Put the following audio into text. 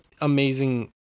amazing